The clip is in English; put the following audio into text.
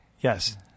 Yes